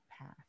path